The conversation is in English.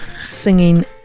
singing